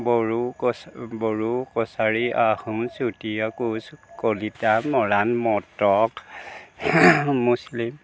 বড়ো কছ্ বড়ো কছাৰী আহোম চুতীয়া কোঁচ কলিতা মৰাণ মটক মুছলিম